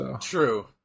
True